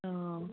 औ